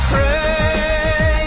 Pray